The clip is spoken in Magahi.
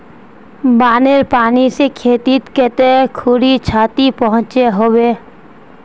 बानेर पानी से खेतीत कते खुरी क्षति पहुँचो होबे?